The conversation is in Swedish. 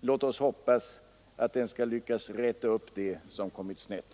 Låt oss hoppas att den skall lyckas räta upp det som kommit snett!